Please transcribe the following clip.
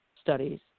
studies